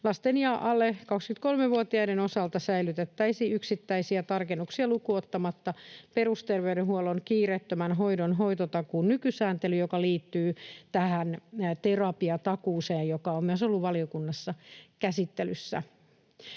Lasten ja alle 23-vuotiaiden osalta säilytettäisiin yksittäisiä tarkennuksia lukuun ottamatta perusterveydenhuollon kiireettömän hoidon hoitotakuun nykysääntely, joka liittyy terapiatakuuseen, joka myös on ollut valiokunnassa käsittelyssä,